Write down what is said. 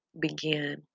begin